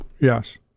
Yes